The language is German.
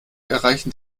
erreichen